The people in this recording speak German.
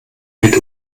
mit